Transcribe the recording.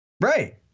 right